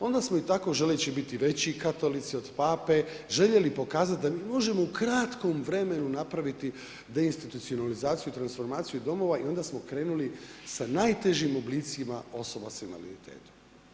Onda smo i tako želeći biti veći katolici od Pape željeli pokazati da mi možemo u kratkom vremenu napraviti deinstitucionalizaciju i transformaciju domova i onda smo krenuli sa najtežim oblicima osoba s invaliditetom.